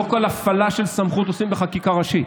לא כל הפעלה של סמכות עושים בחקיקה ראשית.